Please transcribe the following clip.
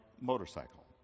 motorcycle